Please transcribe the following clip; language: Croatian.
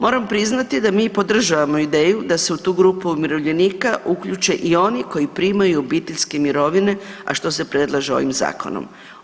Moram priznati da mi i podržavamo ideju da se u tu grupu umirovljenika uključe i oni koji primaju obiteljske mirovine, a što se predlaže ovim zakonom.